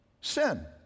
sin